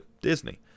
Disney